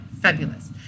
Fabulous